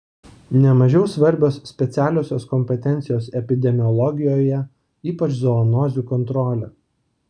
ne mažiau svarbios specialiosios kompetencijos epidemiologijoje ypač zoonozių kontrolė